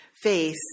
face